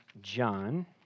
John